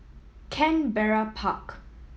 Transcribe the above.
Canberra Park